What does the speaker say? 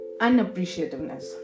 unappreciativeness